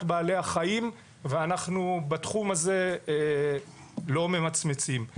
בעלי החיים ואנחנו בתחום הזה לא ממצמצים.